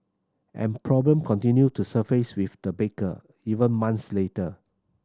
and problem continued to surface with the baker even months later